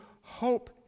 hope